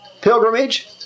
pilgrimage